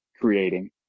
creating